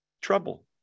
trouble